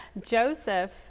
Joseph